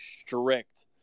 strict